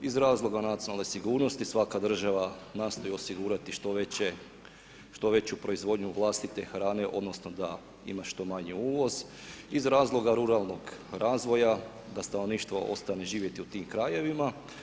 Iz razloga nacionalne sigurnosti, svaka država nastoji osigurati što veću proizvodnju vlastite hrane, odnosno, da ima što manji uvoz iz razloga ruralnog razvoja, da stanovništvo ostaje živjeti u tim krajevima.